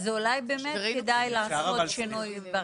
אולי כדאי לעשות שינוי.